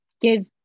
give